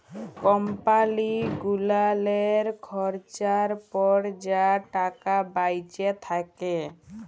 কম্পালি গুলালের খরচার পর যা টাকা বাঁইচে থ্যাকে